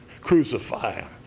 Crucify